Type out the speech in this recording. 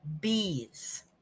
bees